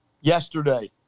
Yesterday